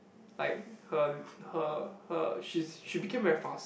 like her her her she's she became very fast